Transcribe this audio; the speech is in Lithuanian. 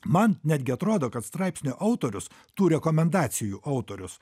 man netgi atrodo kad straipsnio autorius tų rekomendacijų autorius